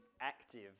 active